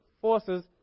forces